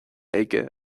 aige